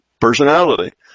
personality